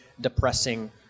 depressing